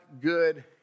good